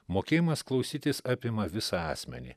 mokėjimas klausytis apima visą asmenį